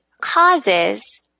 causes